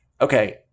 Okay